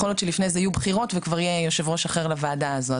יכול להיות שלפני זה יהיו בחירות וכבר יהיה יושב-ראש אחר לוועדה הזו.